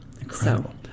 Incredible